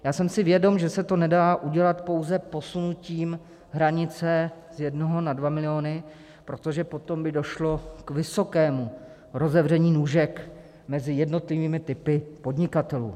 Já jsem si vědom, že se to nedá udělat pouze posunutím hranice z jednoho na dva miliony, protože potom by došlo k vysokému rozevření nůžek mezi jednotlivými typy podnikatelů.